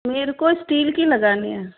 मुझे स्टील की लगानी हैं